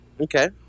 Okay